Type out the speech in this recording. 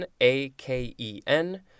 A-K-E-N